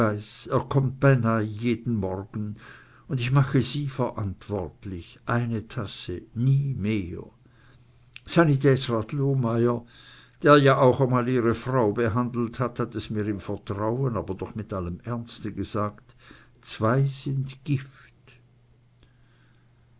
er kommt beinahe jeden morgen und ich mache sie verantwortlich eine tasse nie mehr sanitätsrat lohmeyer der ja auch mal ihre frau behandelt hat hat es mir im vertrauen aber doch mit allem ernste gesagt zwei sind gift